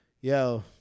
Yo